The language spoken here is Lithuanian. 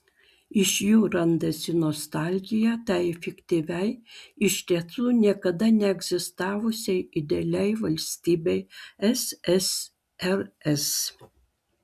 iš jų randasi nostalgija tai fiktyviai iš tiesų niekada neegzistavusiai idealiai valstybei ssrs